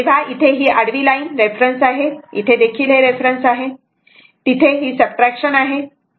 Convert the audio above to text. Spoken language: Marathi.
तेव्हा ही आडवी लाईन रेफरन्स आहे इथे देखील हे रेफरन्स आहे तिथे ही सबट्रॅक्शन आहे